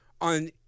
on